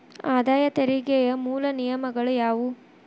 ಆದಾಯ ತೆರಿಗೆಯ ಮೂಲ ನಿಯಮಗಳ ಯಾವು